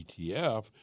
ETF